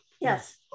yes